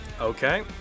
Okay